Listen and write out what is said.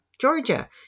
Georgia